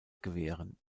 gewähren